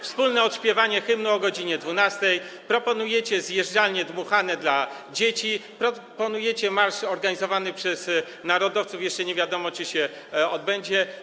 wspólne odśpiewanie hymnu o godz. 12, proponujecie zjeżdżalnie dmuchane dla dzieci, proponujecie marsz organizowany przez narodowców - jeszcze nie wiadomo, czy się odbędzie.